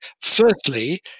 Firstly